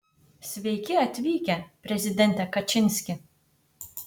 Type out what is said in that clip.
sveiki atvykę prezidente kačinski